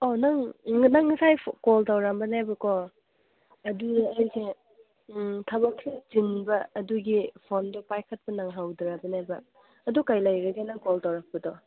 ꯑꯣ ꯅꯪ ꯅꯪ ꯉꯁꯥꯏ ꯀꯣꯜ ꯇꯧꯔꯛꯑꯝꯕꯅꯦꯕꯀꯣ ꯑꯗꯨꯗ ꯑꯩꯁꯦ ꯊꯕꯛꯁꯦ ꯆꯤꯟꯕ ꯑꯗꯨꯒꯤ ꯐꯣꯟꯗꯣ ꯄꯥꯏꯈꯠꯄ ꯅꯪꯍꯧꯗ꯭ꯔꯕꯅꯦꯕ ꯑꯗꯨ ꯀꯩ ꯂꯩꯔꯒꯦ ꯅꯪ ꯀꯣꯜ ꯇꯧꯔꯛꯄꯗꯣ